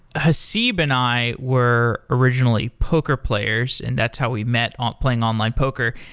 haseeb and i were originally poker players and that's how we met, um playing online poker.